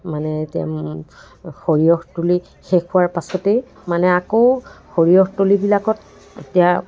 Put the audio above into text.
মানে এতিয়া সৰিয়হ তুলি শেষ হোৱাৰ পাছতেই মানে আকৌ সৰিয়হতলীবিলাকত তেতিয়া